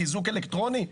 איזוק אלקטרוני?